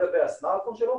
על גבי הסמארטפון שלו,